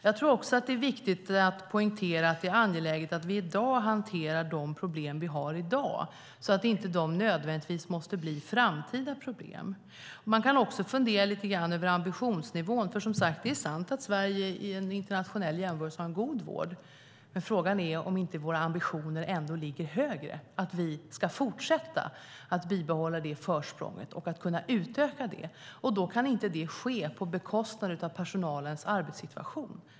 Jag tror att det är viktigt att poängtera att det är angeläget att vi i dag hanterar de problem vi har i dag så att de nödvändigtvis inte blir framtida problem. Man kan även fundera lite över ambitionsnivån. Som sagt är det sant att Sverige i en internationell jämförelse har en god vård. Men frågan är om inte våra ambitioner ska ligga högre för att vi ska fortsätta att bibehålla vårt försprång och utöka det. Det kan inte ske på bekostnad av personalens arbetssituation.